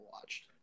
watched